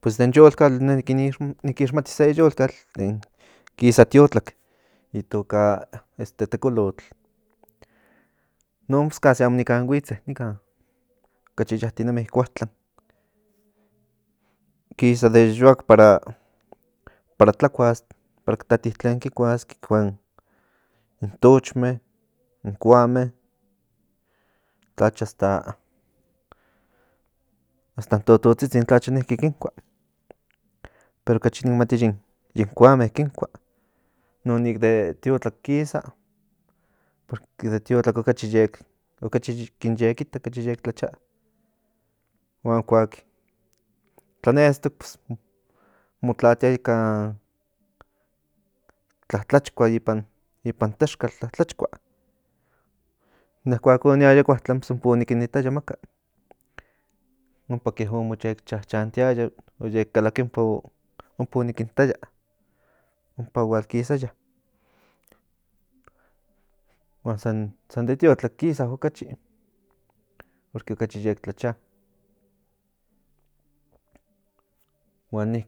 Pues in ne nik ita in tototsitsin kuak ki chihuaske ni nido tlaololotinemi de zacatsitsin cololotinemi niki kuika seki kuatsitsin tlen kasi maka hasta nailo niki ki tlalia ompa kuak xic tlaliske ni huevotin yic machilia tlaliske ni huevotin xic chichihua yi pehui chichihua huan chihua kan tlakuahuake maka hasta ipan mili niki kin chihua sepa o nik itak oc chile san ipan se chochokotzin mili oc chike ni nido pero in coatl san luego oc kuato in ni huevotin huan tototsitsin ako mo pachoa kuak inkon panoa yi yahue huan niki yahue chihuatihue kan ke tlacoyoktsitsin niki ompa mo chichihuilia niki nik kita maka kuak tlacha yo tlachake yo patlanke ni konehuan yeka yik yayahue yeka ompa yi xixini ompa ni nido yi huetsi o kuak tlacha amo yek chihua ni nido maka huetsi ni huevotsitsin huan ni konehuan niki maka huetsi seki piome niki mo chichihuilia mo totonia totonia niki ni huevotin ompa ke i ninidotsinnniki ki chichihua in pio huan kuatlan pues niki kate ocachi huehuei in aguilatin niki mo chichihuilia ika kuanme ika xihuitl kuak yik tlalia niki ni huevotin para ompa